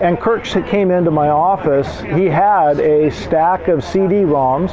and kirk so came into my office. he had a stack of cd-roms.